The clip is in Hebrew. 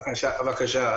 בבקשה.